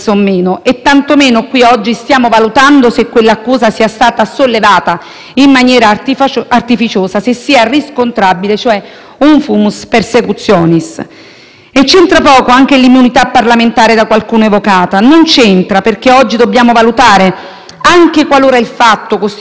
se sia riscontrabile, cioè, un *fumus persecutionis*. C'entra poco anche l'immunità parlamentare da qualcuno evocata. Non c'entra, perché oggi dobbiamo valutare, anche qualora il fatto costituisca reato, se l'agire del Ministro sia stato giustificato dal prevalere di un interesse pubblico.